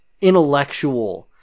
intellectual